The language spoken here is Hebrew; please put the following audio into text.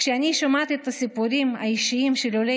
כשאני שומעת את הסיפורים האישיים של עולי